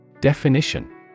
Definition